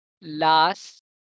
last